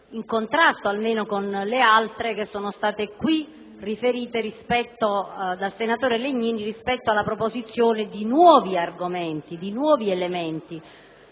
in contrasto almeno con le altre che sono state qui riferite dal senatore Legnini rispetto alla proposizione di nuovi argomenti ed elementi.